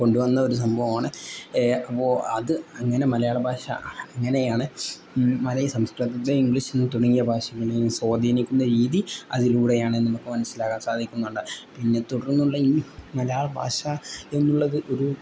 കൊണ്ട് വന്ന ഒരു സംഭവമാണ് അപ്പോൾ അത് അങ്ങനെ മലയാള ഭാഷ അങ്ങനെയാണ് മലൈ സംസ്കൃതത്തെ ഇംഗ്ലീഷ് നിന്ന് തുടങ്ങിയ ഭാഷകളെ സ്വാധീനിക്കുന്ന രീതി അതിലൂടെയാണ് നമുക്ക് മനസ്സിലാക്കാൻ സാധിക്കുന്നുണ്ട് പിന്നെ തുടർന്നുള്ള ഈ മലയാള ഭാഷ എന്നുള്ളത് ഒരു